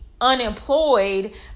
unemployed